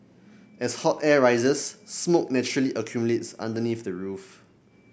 as hot air rises smoke naturally accumulates underneath the roof